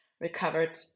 recovered